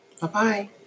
Bye-bye